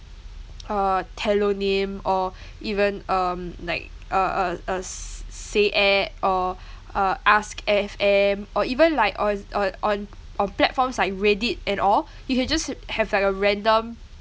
uh tellonym or even um like uh uh uh s~ say at or uh AskFM or even like on on on on platforms like Reddit and all you can just have like a random